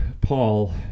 Paul